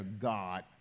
God